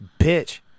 bitch